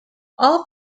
all